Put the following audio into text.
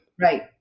right